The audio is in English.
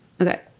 Okay